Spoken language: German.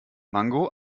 mango